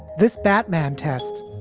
this batman test,